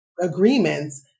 agreements